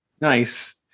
Nice